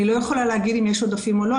אני לא יכולה להגיד אם יש עודפים או לא.